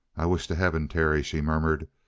i wish to heaven, terry, she murmured,